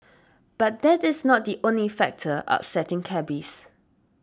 but that is not the only factor upsetting cabbies